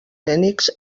phoenix